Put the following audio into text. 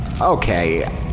Okay